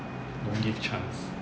don't give chance